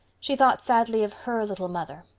she thought sadly of her little mother,